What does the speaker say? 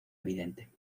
evidente